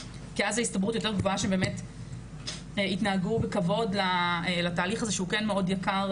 כי אז ההסתברות יותר גבוהה שיתנהגו בכבוד לתהליך הזה שהוא כן מאוד יקר,